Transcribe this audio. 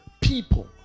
people